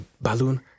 balloon